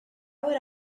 would